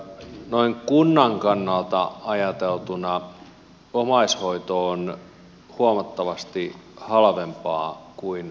noin kunnan kannalta ajateltuna omaishoito on huomattavasti halvempaa kuin laitoshoito